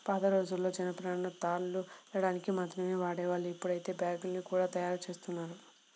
పాతరోజుల్లో జనపనారను తాళ్లు అల్లడానికి మాత్రమే వాడేవాళ్ళు, ఇప్పుడైతే బ్యాగ్గుల్ని గూడా తయ్యారుజేత్తన్నారు